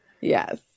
Yes